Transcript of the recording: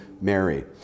Mary